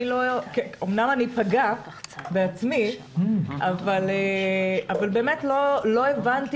אמנם אני פגה בעצמי אבל באמת לא הבנתי